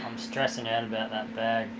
stressing out about that